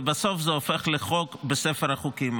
ובסוף זה הופך לחוק בספר החוקים.